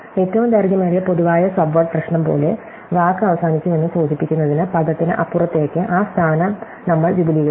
ഏറ്റവും ദൈർഘ്യമേറിയ പൊതുവായ സബ്വേഡ് പ്രശ്നം പോലെ വാക്ക് അവസാനിച്ചുവെന്ന് സൂചിപ്പിക്കുന്നതിന് പദത്തിന് അപ്പുറത്തേക്ക് ആ സ്ഥാനംനമ്മൾ വിപുലീകരിക്കും